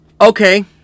Okay